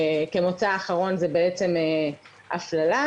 זו הפללה.